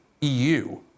EU